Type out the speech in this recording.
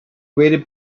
waited